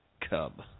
Cub